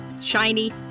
shiny